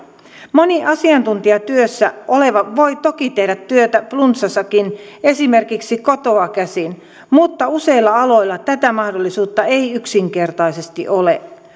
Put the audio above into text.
moni asiantuntijatyössä oleva voi toki tehdä työtä flunssassakin esimerkiksi kotoa käsin mutta useilla aloilla tätä mahdollisuutta ei yksinkertaisesti ole